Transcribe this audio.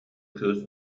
кыыс